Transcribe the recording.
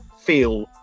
feel